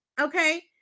Okay